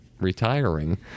retiring